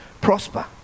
prosper